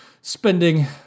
spending